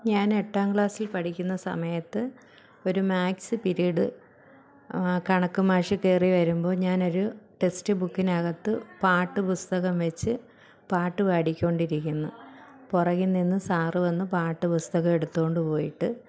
ഞാൻ എട്ടാം ക്ലാസിൽ പഠിക്കുന്ന സമയത്ത് ഒരു മാത്സ് പിരീഡ് കണക്ക് മാഷ് കയറി വരുമ്പോൾ ഞാനൊരു ടെസ്റ്റ് ബുക്കിനകത്ത് പാട്ടുപുസ്തകം വെച്ച് പാട്ടുപാടിക്കൊണ്ടിരിക്കുന്നു പുറകിൽ നിന്ന് സാർ വന്ന് പാട്ടുപുസ്തകം എടുത്തുകൊണ്ട് പോയിട്ട്